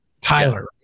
Tyler